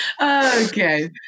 okay